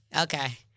Okay